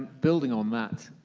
building on that,